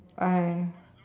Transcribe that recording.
I